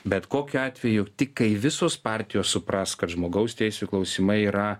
bet kokiu atveju tik kai visos partijos supras kad žmogaus teisių klausimai yra